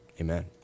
Amen